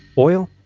oil?